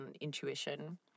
intuition